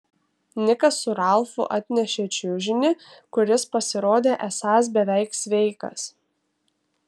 nikas su ralfu atnešė čiužinį kuris pasirodė esąs beveik sveikas